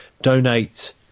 donate